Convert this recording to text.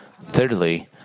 Thirdly